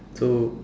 so